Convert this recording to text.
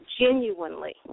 genuinely